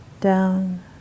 down